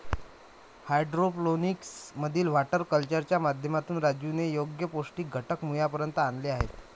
hydroponics मधील water कल्चरच्या माध्यमातून राजूने योग्य पौष्टिक घटक मुळापर्यंत आणले आहेत